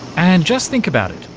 and just think about it,